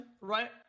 right